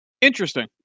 Interesting